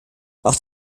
auch